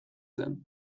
zen